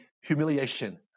humiliation